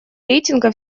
рейтинга